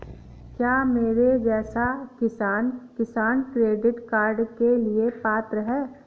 क्या मेरे जैसा किसान किसान क्रेडिट कार्ड के लिए पात्र है?